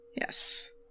Yes